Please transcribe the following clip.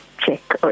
check